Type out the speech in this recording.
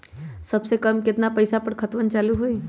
सबसे कम केतना पईसा पर खतवन चालु होई?